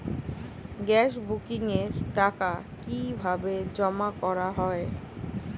Gas বুকিংয়ের টাকা কিভাবে জমা করা হয়?